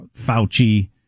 Fauci